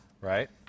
right